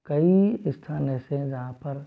कई स्थान ऐसे हैं जहाँ पर